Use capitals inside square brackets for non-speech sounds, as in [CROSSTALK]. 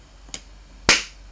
[NOISE]